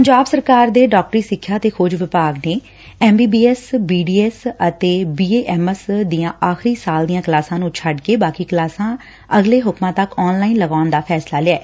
ਪੰਜਾਬ ਸਰਕਾਰ ਦੇ ਡਾਕਟਰੀ ਸਿੱਖਿਆ ਤੇ ਖੋਜ ਵਿਭਾਗ ਨੇ ਐਮਬੀਬੀਐਸ ਬੀਡੀਐਸ ਅਤੇ ਬੀਏਐਮਐਸ ਦੀਆਂ ਆਖ਼ਰੀ ਸਾਲ ਦੀਆਂ ਕਲਾਸਾਂ ਨੂੰ ਛੱਡ ਕੇ ਬਾਕੀ ਕਲਾਸਾਂ ਅਗਲੇ ਹੁਕਮਾਂ ਤੱਕ ਆਨਲਾਈਨ ਲਗਾਉਣ ਦਾ ਫ਼ੈਸਲਾ ਲਿਐ